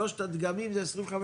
שלושת הדגמים זה 25 קומות.